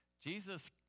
Jesus